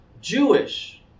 Jewish